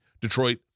Detroit